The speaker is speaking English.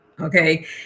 okay